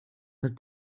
but